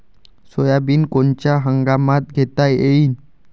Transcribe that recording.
Soybean कोनच्या हंगामात घेता येईन?